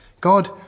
God